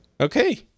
Okay